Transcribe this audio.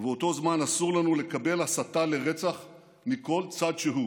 ובאותו זמן אסור לנו לקבל הסתה לרצח מכל צד שהוא,